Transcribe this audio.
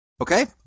Okay